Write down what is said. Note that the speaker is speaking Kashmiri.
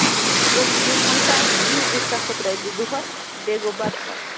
تیٚلہِ چھو تُہۍ ہَمساے دِیِو تُہۍ ستھ ہتھ رۄپیہ دۄہَس بیٚیہِ گوٚو بَتہٕ وَتہٕ